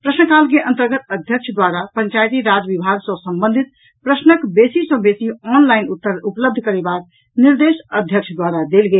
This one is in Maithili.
प्रश्नकाल के अंतर्गत अध्यक्ष द्वारा पंचायती राज विभाग सॅ संबंधित प्रश्नक बेसी सॅ बेसी ऑनलाईन उत्तर उपलब्ध करेबाक निर्देश अध्यक्ष द्वारा देल गेल